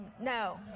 no